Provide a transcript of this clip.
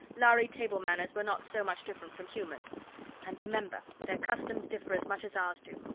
lhari table manners were not so much different from human and remember, their customs differ as much as ours do.